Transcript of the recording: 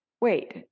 wait